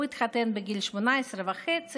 הוא התחתן בגיל 18 וחצי.